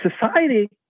society